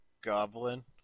goblin